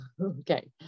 okay